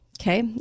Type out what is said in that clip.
okay